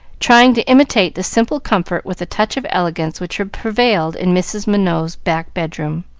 trying to imitate the simple comfort with a touch of elegance which prevailed in mrs. minot's back bedroom.